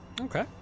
Okay